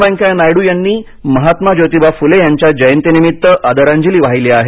वेंकय्या नायडू यांनी महात्मा ज्योतिबा फुले यांच्या जयंतीनिमित्त आदरांजली वाहिली आहे